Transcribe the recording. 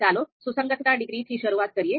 ચાલો સુસંગતતા ડિગ્રીથી શરૂઆત કરીએ